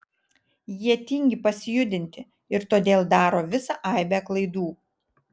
jie tingi pasijudinti ir todėl daro visą aibę klaidų